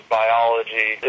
biology